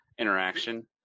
interaction